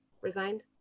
resigned